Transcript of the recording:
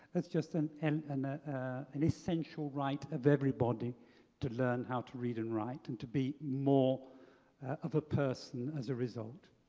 it's just an and an ah essential right of everybody to learn how to read and write and to be more of a person as a result.